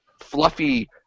fluffy